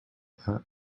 that